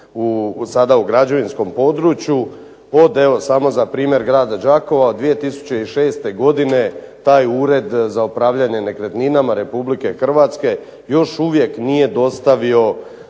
sada u građevinskom području. Od evo samo za primjer grada Đakova 2006. godine taj Ured za upravljanje nekretninama Republike Hrvatske još uvijek nije dostavio